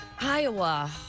Iowa